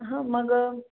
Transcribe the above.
हां मग